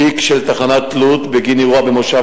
תיק של תחנת לוד בגין אירוע במושב